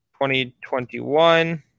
2021